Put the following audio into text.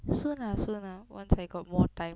soon lah soon lah once I got more time